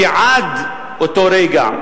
שעד אותו רגע,